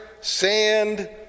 sand